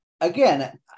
again